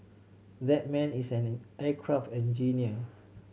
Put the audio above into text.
that man is an aircraft engineer